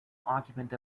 occupant